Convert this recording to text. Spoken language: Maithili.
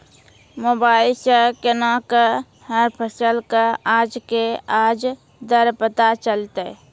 मोबाइल सऽ केना कऽ हर फसल कऽ आज के आज दर पता चलतै?